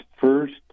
first